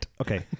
Okay